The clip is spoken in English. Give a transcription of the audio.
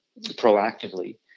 proactively